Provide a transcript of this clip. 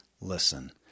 listen